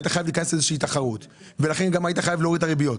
היית חייב להיכנס לאיזו שהיא תחרות ולהוריד את הריבית.